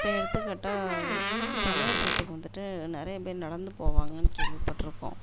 இப்போ எடுத்துக்காட்டா சமயபுரத்துக்கு வந்துவிட்டு நிறைய பேர் நடந்து போவாங்கன்னு கேள்விப்பட்டுருக்கோம்